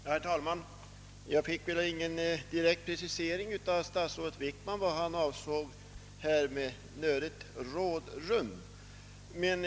Herr talman! Jag fick ingen direkt precisering av statsrådet Wickman om vad han avsåg med »nödigt rådrum».